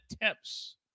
attempts